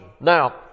Now